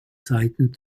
seiten